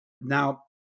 Now